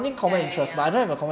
ya ya ya